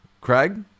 Craig